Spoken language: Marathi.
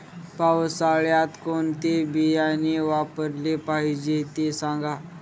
पावसाळ्यात कोणते बियाणे वापरले पाहिजे ते सांगा